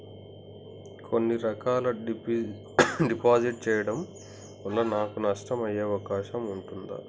కొన్ని రకాల డిపాజిట్ చెయ్యడం వల్ల నాకు నష్టం అయ్యే అవకాశం ఉంటదా?